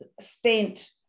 spent